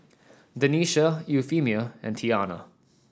Denisha Euphemia and Tianna